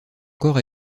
corps